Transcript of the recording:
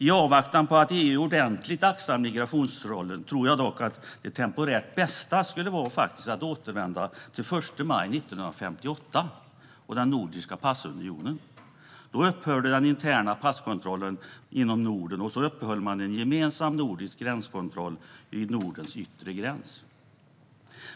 I avvaktan på att EU axlar migrationsrollen ordentligt tror jag att det temporärt bästa skulle vara att återvända till den 1 maj 1958 och den nordiska passunionen. Då upphörde den interna passkontrollen inom Norden, och man uppehöll en gemensam nordisk gränskontroll vid Nordens yttre gräns.